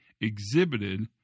exhibited